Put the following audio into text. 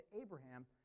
Abraham